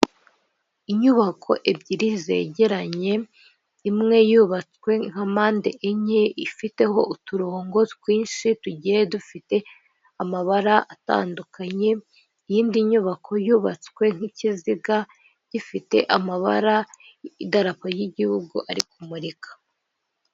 Inyubako ebyiri zegeranye imwe yubatswe nka mpande enye ifiteho uturongo twinshi tugiye dufite amabara atandukanye, iy'indi nyubako yubatswe nk'ikiziga gifite amabara y'idarapo ry'igihugu ari kumurika.